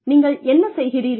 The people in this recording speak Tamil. நீங்கள் என்ன செய்கிறீர்கள்